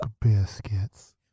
biscuits